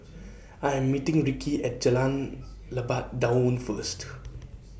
I Am meeting Rickie At Jalan Lebat Daun First